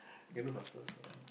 you know got sales around